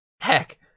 Heck